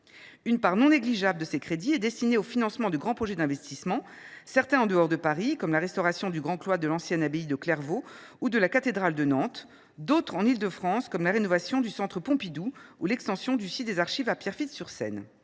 Une part non négligeable de ces crédits est destinée au financement de grands projets d’investissement, certains en dehors de Paris, comme la restauration du grand cloître de l’ancienne abbaye de Clairvaux ou de la cathédrale de Nantes, d’autres en Île de France, comme la rénovation du centre Pompidou ou l’extension du site des Archives nationales à Pierrefitte sur Seine.